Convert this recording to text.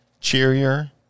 cheerier